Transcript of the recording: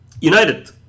United